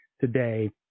today